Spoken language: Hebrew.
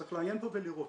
צריך לעיין פה ולראות.